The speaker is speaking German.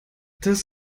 das